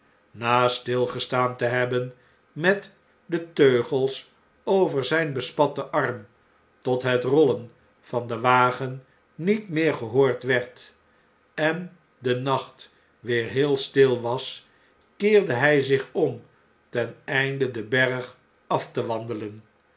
na stilgestaan te hebben met de teugels over zijn bespatten arm tot het rollen van den wagen niet meer gehoord werd en de nacht weer heel stil was keerde hjj zich om ten einde den berg af te wandelen